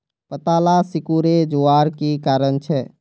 पत्ताला सिकुरे जवार की कारण छे?